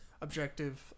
objective